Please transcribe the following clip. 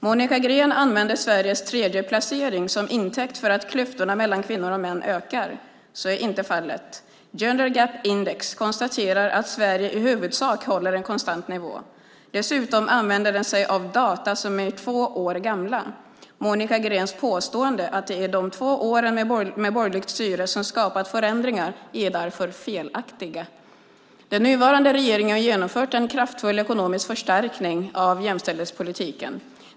Monica Green använder Sveriges tredjeplacering som intäkt för att klyftorna mellan kvinnor och män ökar. Så är inte fallet. Gender Gap Index konstaterar att Sverige i huvudsak håller en konstant nivå. Dessutom använder den sig av data som är två år gamla. Monica Greens påstående att det är de två åren med borgerligt styre som skapat förändringar är därför felaktigt. Den nuvarande regeringen har genomfört en kraftfull ekonomisk förstärkning av jämställdhetspolitiken.